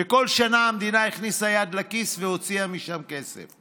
כל שנה המדינה הכניסה יד לכיס והוציאה משם כסף.